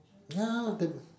ya the